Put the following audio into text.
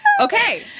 Okay